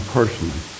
personally